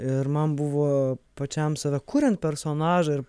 ir man buvo pačiam save kuriant personažą ir